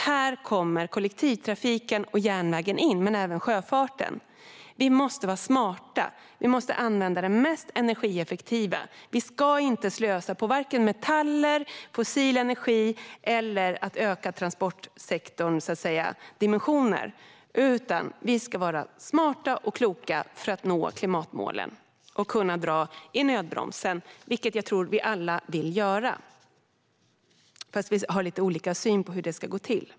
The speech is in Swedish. Här kommer kollektivtrafiken och järnvägen - och även sjöfarten - in. Vi måste vara smarta. Vi måste använda det mest energieffektiva. Vi ska inte slösa på vare sig metaller eller fossil energi eller öka transportsektorns dimensioner. I stället ska vi vara smarta och kloka för att nå klimatmålen och kunna dra i nödbromsen, vilket jag tror att vi alla vill göra, även om vi har lite olika syn på hur det ska gå till.